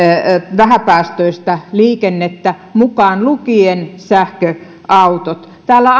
vähäpäästöistä liikennettä mukaan lukien sähköautot täällä